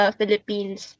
Philippines